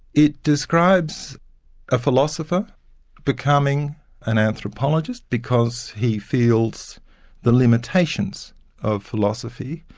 it describes a philosopher becoming an anthropologist because he feels the limitations of philosophy,